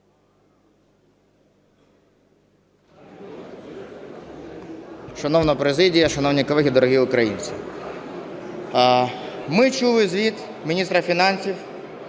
Шановна президія, шановні колеги, дорогі українці! Ми чули звіт міністра фінансів.